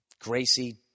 gracie